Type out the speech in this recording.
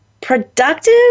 productive